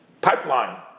pipeline